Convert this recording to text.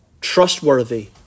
Trustworthy